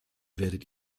werdet